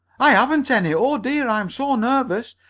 i haven't any! oh, dear! i'm so nervous!